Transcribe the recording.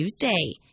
Tuesday